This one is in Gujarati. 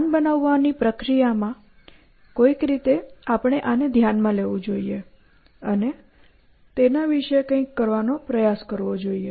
પ્લાન બનાવવાની પ્રક્રિયા માં કોઈક રીતે આને ધ્યાનમાં લેવું જોઈએ અને તેના વિશે કંઈક કરવાનો પ્રયાસ કરવો જોઈએ